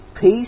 peace